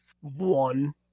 one